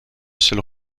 seul